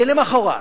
ולמחרת